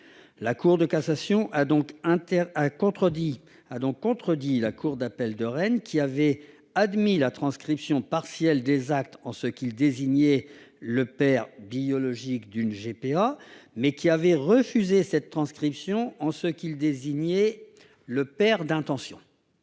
La Cour de cassation a donc contredit la cour d'appel de Rennes, qui avait admis la transcription partielle d'actes de naissance étrangers en ce qu'ils désignaient le père biologique d'une GPA, mais avait refusé cette transcription en ce qu'ils désignaient le « père d'intention